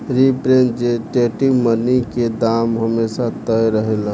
representative money के दाम हमेशा तय रहेला